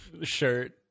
shirt